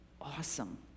awesome